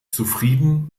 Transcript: zufrieden